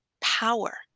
power